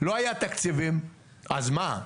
לא היו תקציבים, אז מה?